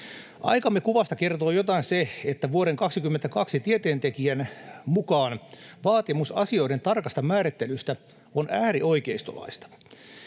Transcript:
Aikamme kuvasta kertoo jotain se, että vuoden 2022 tieteentekijän mukaan vaatimus asioiden tarkasta määrittelystä on äärioikeistolaista.